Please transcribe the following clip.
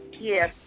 Yes